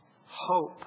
Hope